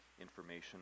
information